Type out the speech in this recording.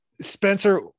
spencer